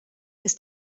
ist